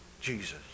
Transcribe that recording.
Jesus